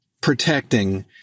protecting